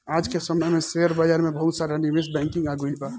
आज के समय में शेयर बाजार में बहुते सारा निवेश बैंकिंग आ गइल बा